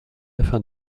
afin